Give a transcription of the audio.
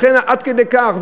לכן, עד כדי כך.